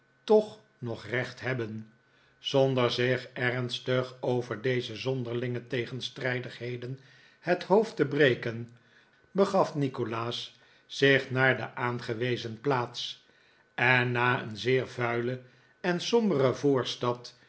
toch nog recht hebben zonder zich ernstig over deze zonderlinge tegenstrijdigheden het hoofd te breken begaf nikolaas zich naar de aangewezen plaats en na een zeer vuile en sombere